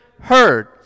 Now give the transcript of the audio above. heard